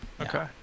Okay